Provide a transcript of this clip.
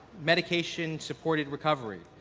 medication supported recovery,